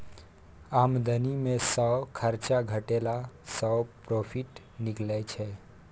आमदनी मे सँ खरचा घटेला सँ प्रोफिट निकलै छै